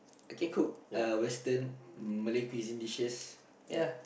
I can cook uh western Malay cuisine dishes ya